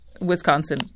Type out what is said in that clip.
Wisconsin